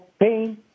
pain